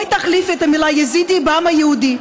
בואי תחליפי את המילה יזידי בעם היהודי.